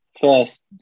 first